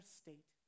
state